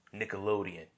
Nickelodeon